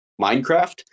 Minecraft